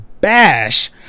bash